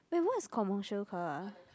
eh what's commercial car ah